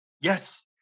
yes